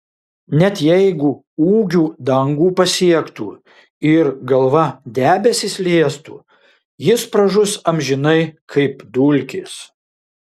net jeigu ūgiu dangų pasiektų ir galva debesis liestų jis pražus amžinai kaip dulkės